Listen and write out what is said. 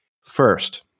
First